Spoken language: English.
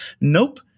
Nope